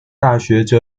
大学